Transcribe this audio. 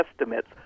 estimates